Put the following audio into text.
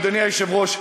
אדוני היושב-ראש,